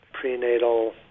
prenatal